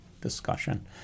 discussion